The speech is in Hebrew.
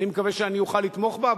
אני מקווה שאני אוכל לתמוך בה,